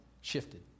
shifted